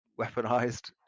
weaponized